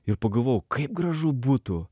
ir pagalvojau kaip gražu būtų